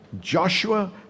Joshua